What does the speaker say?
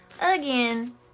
again